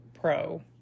Pro